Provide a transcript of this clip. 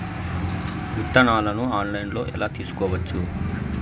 విత్తనాలను ఆన్లైన్లో ఎలా తీసుకోవచ్చు